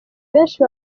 benshi